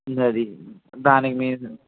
అది దానికి మీరు